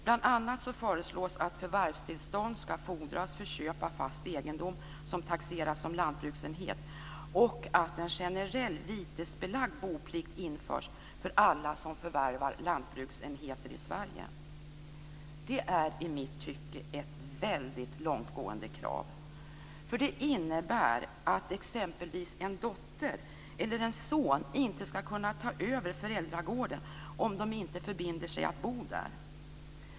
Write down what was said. Bl.a. föreslås att förvärvstillstånd ska fordras för köp av fast egendom som taxeras som lantbruksenhet och att en generell vitesbelagd boplikt införs för alla som förvärvar lantbruksenheter i Sverige. Det är i mitt tycke ett väldigt långtgående krav. Det innebär nämligen att exempelvis en dotter eller en son inte ska kunna ta över föräldragården om de inte förbinder sig att bo där.